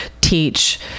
teach